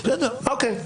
אוקיי.